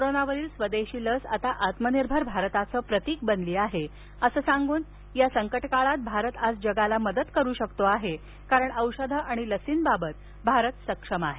कोरोनावरील स्वदेशी लस आता आत्मनिर्भर भारताचं प्रतिक बनली आहे असं सांगून या संकटकाळात भारत आज जगाला मदत करू शकतो आहे कारण औषधं आणि लसींबाबत भारत सक्षम आहे